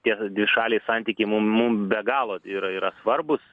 tie dvišaliai santykiai mum mum be galo yra yra svarbūs